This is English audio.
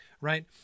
right